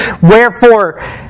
Wherefore